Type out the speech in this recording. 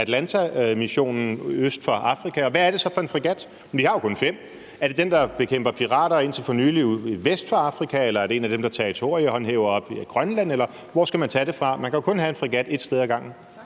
ATLANTA-missionen øst for Afrika? Og hvad er det så for en fregat? Vi har jo kun fem. Er det den, der indtil for nylig bekæmpede pirater vest for Afrika, eller er det en af dem, der territoriehåndhæver oppe ved Grønland, eller hvor skal man tage den fra? Man kan jo kun have en fregat ét sted ad gangen.